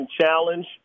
Challenge